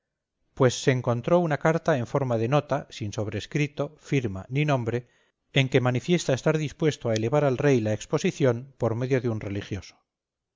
pues se encontró una carta en forma de nota sin sobrescrito firma ni nombre en que manifiesta estar dispuesto a elevar al rey la exposición por medio de un religioso